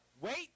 wait